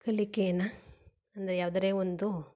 ಕಲಿಕೇನ ಅಂದರೆ ಯಾವುದರೇ ಒಂದು